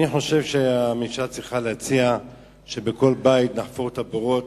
אני חושב שהממשלה צריכה להציע שבכל בית נחפור בורות,